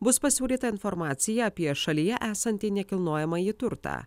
bus pasiūlyta informacija apie šalyje esantį nekilnojamąjį turtą